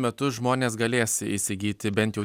metu žmonės galės įsigyti bent jau